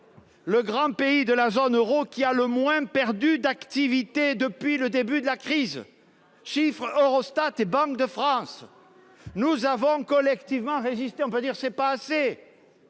le grand pays de la zone euro qui a perdu le moins d'activité depuis le début de la crise, d'après les chiffres d'Eurostat et de la Banque de France. Nous avons collectivement résisté. On peut dire que ce n'est pas assez